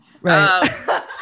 right